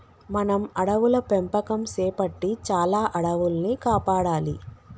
మనం అడవుల పెంపకం సేపట్టి చాలా అడవుల్ని కాపాడాలి